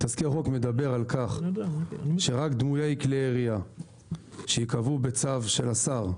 תזכיר החוק מדבר על-כך שרק דמויי כלי ירייה שייקבעו בצו של השר,